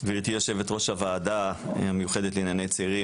גברתי יושבת ראש הוועדה המיוחדת לענייני צעירים,